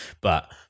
But-